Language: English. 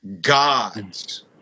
gods